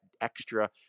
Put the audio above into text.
extra